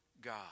God